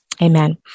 amen